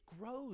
grows